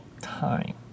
time